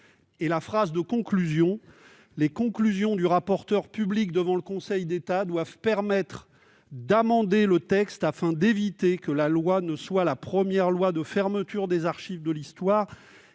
et enfin, « les conclusions du rapporteur public devant le Conseil d'État doivent permettre d'amender le texte afin d'éviter que la loi ne soit la première loi de fermeture des archives de l'histoire